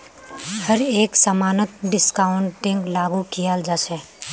हर एक समानत डिस्काउंटिंगक लागू कियाल जा छ